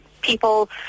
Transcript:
People